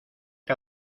que